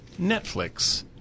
Netflix